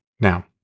Now